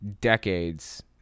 decades